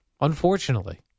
unfortunately